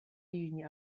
jižní